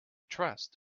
trust